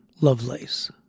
Lovelace